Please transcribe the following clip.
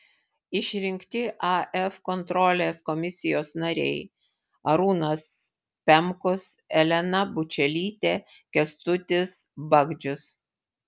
išrinkti af kontrolės komisijos nariai arūnas pemkus elena bučelytė kęstutis bagdžius